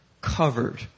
covered